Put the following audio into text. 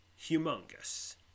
humongous